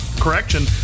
correction